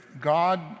God